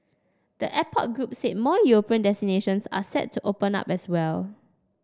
the airport group said more European destinations are set to open up as well